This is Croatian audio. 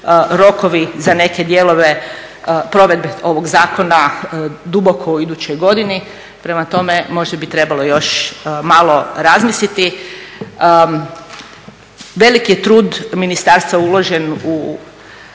rokovi za neke dijelove provedbe ovog zakona duboko u idućoj godini, prema tome možda bi trebalo još malo razmisliti. Veliki je trud ministarstva uložen u